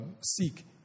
seek